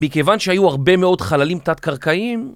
מכיוון שהיו הרבה מאוד חללים תת-קרקעיים